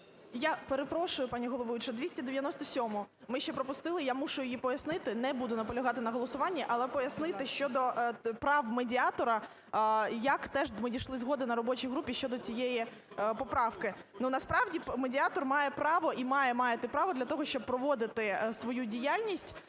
Я перепрошую, пані головуюча, 297-у ми ще пропустили, я мушу її пояснити. Не буду наполягати на голосуванні, але пояснити щодо прав медіатора, як теж ми дійшли згоди на робочій групі щодо цієї поправки. Ну, насправді медіатор має право, і має мати право, для того щоб проводити свою діяльність,